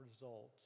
results